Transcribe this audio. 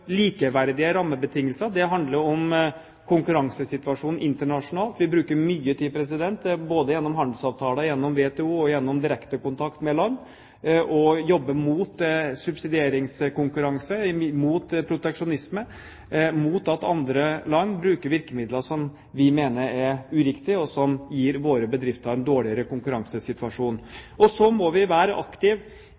likeverdige rammebetingelser. Det handler om konkurransesituasjonen internasjonalt. Vi bruker mye tid både gjennom handelsavtaler gjennom WTO og gjennom direkte kontakt med land på å jobbe mot subsidieringskonkurranse, mot proteksjonisme, mot at andre land bruker virkemidler som vi mener er uriktige, og som gir våre bedrifter en dårligere konkurransesituasjon.